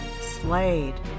Slade